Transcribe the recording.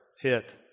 hit